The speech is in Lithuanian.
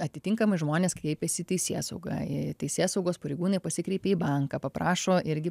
atitinkamai žmonės kreipiasi teisėsaugą i teisėsaugos pareigūnai pasikreipė į banką paprašo irgi